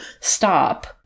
Stop